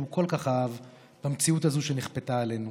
כל כך אהב במציאות הזו שנכפתה עלינו,